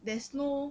there's no